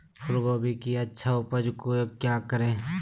फूलगोभी की अच्छी उपज के क्या करे?